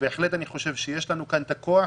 בהחלט יש לנו כאן את הכוח.